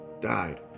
died